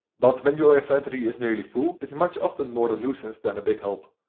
but when your inventory is nearly full, it's much often more a nuisance than a big help.